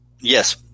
Yes